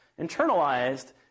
internalized